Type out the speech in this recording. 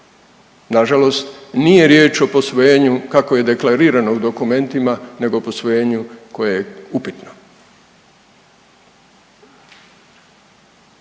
nažalost nije riječ o posvojenju kako je deklarirano u dokumentima nego posvojenju koje je upitno.